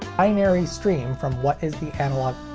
binary stream from what is the analog